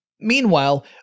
Meanwhile